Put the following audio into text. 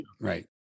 Right